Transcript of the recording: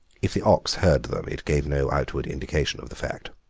if the ox heard them it gave no outward indication of the fact.